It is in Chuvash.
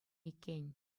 иккен